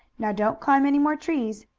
now don't climb any more trees.